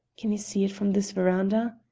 can you see it from this veranda?